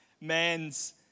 man's